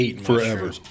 forever